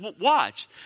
watch